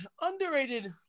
underrated